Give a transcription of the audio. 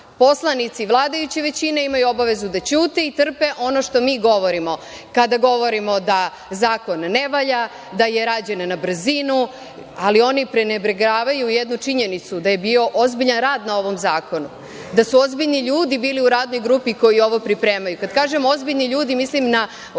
poslanici vladajuće većine imaju obavezu da ćute i trpe ono što mi govorimo. Kada govorimo da zakon ne valja, da je rađen na brzinu, ali oni ne prebrigavaju jednu činjenicu da je bio ozbiljan rad na ovom zakonu, da su ozbiljni ljudi bili u radnoj grupi koji su ovo pripremali. Kada kažem ozbiljni ljudi, mislim na